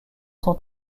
sont